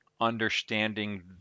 understanding